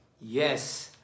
yes